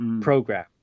program